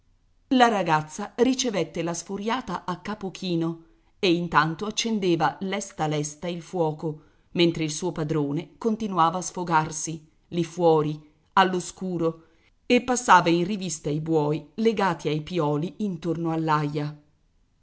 la ragazza ricevette la sfuriata a capo chino e intanto accendeva lesta lesta il fuoco mentre il suo padrone continuava a sfogarsi lì fuori all'oscuro e passava in rivista i buoi legati ai pioli intorno